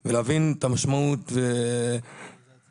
אם כל אחד יביע את הדעה שלו באמוציות ולא ייתן לשני